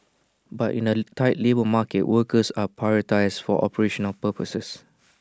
but in A tight labour market workers are prioritised for operational purposes